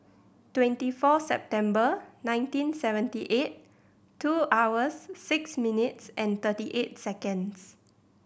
twenty four September nineteen seventy eight two hours six minutes and thirty eight seconds